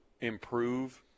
improve